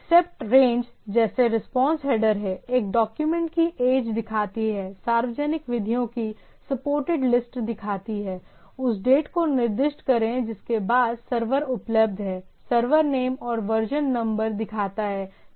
accept range जैसे response headers हैं एक डॉक्यूमेंट की एज दिखाती है सार्वजनिक विधियों की सपोर्टेड लिस्ट दिखाती है उस डेट को निर्दिष्ट करें जिसके बाद सर्वर उपलब्ध है सर्वर नेम और वर्जन नंबर दिखाता है